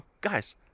guys